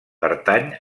pertany